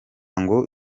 ngo